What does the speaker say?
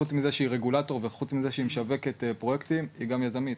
חוץ מזה שהיא רגולטור וחוץ מזה שהיא משווקת פרויקטים היא גם יזמית.